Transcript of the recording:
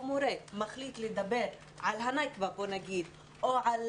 או מורה מחליט לדבר על ה"נכבה" או על